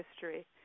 history